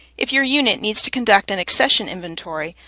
if your unit needs to conduct an accession inventory,